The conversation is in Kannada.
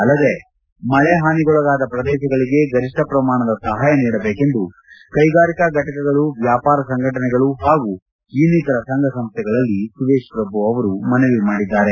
ಅಲ್ಲದೇ ಮಳೆ ಹಾನಿಗೊಳಗಾದ ಪ್ರದೇಶಗಳಿಗೆ ಗರಿಷ್ಠ ಪ್ರಮಾಣದ ಸಹಾಯ ನೀಡಬೇಕೆಂದು ಕೈಗಾರಿಕಾ ಫಟಕಗಳು ವ್ಯಾಪಾರ ಸಂಘಟನೆಗಳು ಹಾಗೂ ಇನ್ನಿತರ ಸಂಘ ಸಂಸ್ಥೆಗಳಲ್ಲಿ ಸುರೇತ್ ಪ್ರಭು ಅವರು ಮನವಿ ಮಾಡಿದ್ದಾರೆ